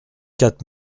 quatre